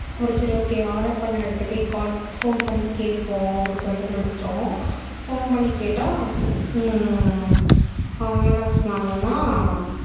அப்புறம் ஒரு சரி ஓகே ஆர்டர் பண்ண இடத்துக்கே கால் ஃபோன் பண்ணி கேட்போம் அப்படி சொல்லிட்டு நினச்சோம் ஃபோன் பண்ணி கேட்டால் அவங்க என்ன சொன்னாங்கன்னால்